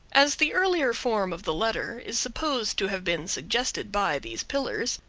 as the earlier form of the letter is supposed to have been suggested by these pillars,